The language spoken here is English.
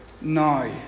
No